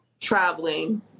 traveling